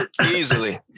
Easily